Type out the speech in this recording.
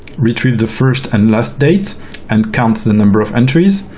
retrieve the first and last date and count the number of entries.